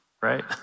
right